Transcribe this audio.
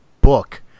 book